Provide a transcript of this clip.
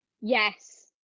Yes